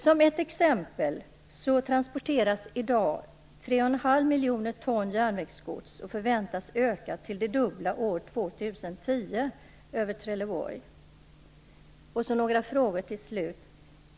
Som ett exempel kan nämnas att tre och en halv miljoner ton järnvägsgods i dag transporteras över Trelleborg, och volymen förväntas öka till det dubbla fram till år Till slut vill jag ställa ytterligare några frågor.